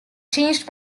changed